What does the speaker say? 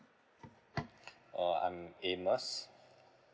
uh I'm amos